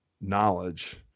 knowledge